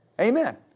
Amen